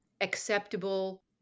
acceptable